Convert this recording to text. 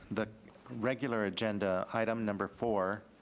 the regular agenda item number four,